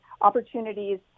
opportunities